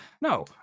no